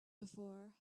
before